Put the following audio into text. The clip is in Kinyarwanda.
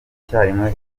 icyarimwe